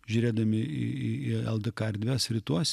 žiūrėdami į į į ldk erdves rytuose